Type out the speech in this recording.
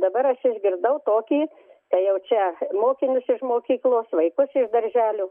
dabar aš išgirdau tokį tai jau čia mokinius iš mokyklos vaikus iš darželio